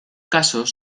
casos